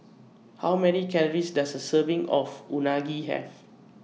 How Many Calories Does A Serving of Unagi Have